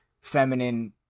feminine